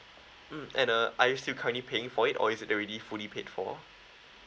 mm and uh are you still currently paying for it or is it already fully paid for